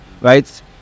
Right